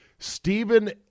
Stephen